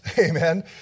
Amen